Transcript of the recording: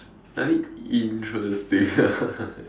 I mean interesting ah